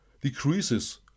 decreases